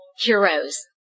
heroes